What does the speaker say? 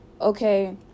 Okay